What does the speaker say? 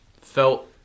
felt